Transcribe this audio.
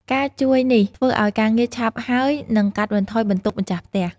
ការជួយនេះធ្វើឲ្យការងារឆាប់ហើយ និងកាត់បន្ថយបន្ទុកម្ចាស់ផ្ទះ។